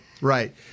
Right